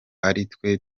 aritwe